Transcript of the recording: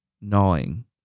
gnawing